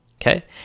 Okay